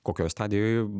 kokioj stadijoj